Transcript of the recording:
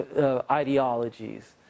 ideologies